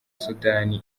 sudani